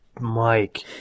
Mike